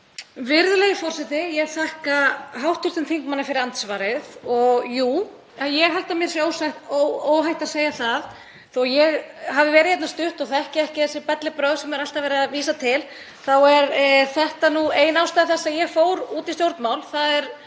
Virðulegi forseti. Ég þakka hv. þingmanni fyrir andsvarið og jú, ég held að mér sé óhætt að segja það. Þó að ég hafi verið stutt hér og þekki ekki þau bellibrögð sem er alltaf verið að vísa til þá er þetta nú ein ástæða þess að ég fór út í stjórnmál,